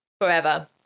forever